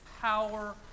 power